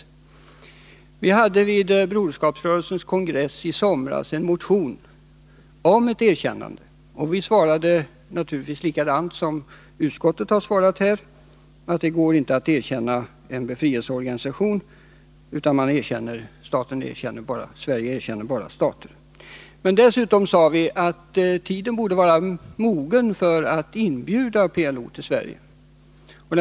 För det tredje hade vi i samband med Broderskapsrörelsens kongress i somras en motion om ett erkännande, och vi svarade naturligtvis likadant som utskottet nu har uttalat — att det inte går att erkänna en befrielseorganisation, att Sverige bara erkänner stater. Men dessutom sade vi att tiden borde vara mogen för att inbjuda PLO till Sverige.